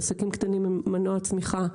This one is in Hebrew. והעסקים הקטנים הם מנוע צמיחה.